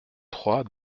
trois